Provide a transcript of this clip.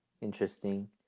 Interesting